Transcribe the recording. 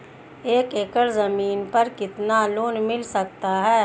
एक एकड़ जमीन पर कितना लोन मिल सकता है?